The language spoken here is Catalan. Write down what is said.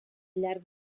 llarg